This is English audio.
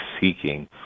seeking